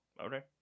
Okay